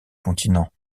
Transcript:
continents